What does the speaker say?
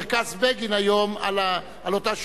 במקום של מרכז בגין היום, על אותה שלוחה.